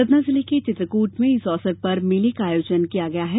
सतना जिले के चित्रकूट में इस अवसर पर मेले का आयोजन किया गया है